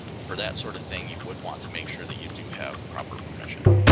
for that sort of thing, you would want to make sure that you do have proper permission.